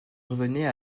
revenait